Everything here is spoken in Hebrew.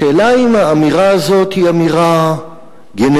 השאלה היא אם האמירה הזאת היא אמירה גנרית,